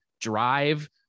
drive